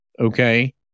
Okay